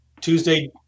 Tuesday